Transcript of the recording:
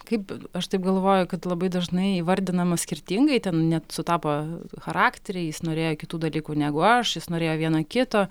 kaip aš taip galvoju kad labai dažnai įvardinama skirtingai ten nesutapo charakteriai jis norėjo kitų dalykų negu aš jis norėjo viena kito